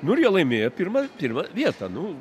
nu ir jie laimėjo pirmą pirmą vietą nu